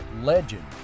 legend